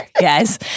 guys